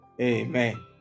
Amen